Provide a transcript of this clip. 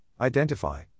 identify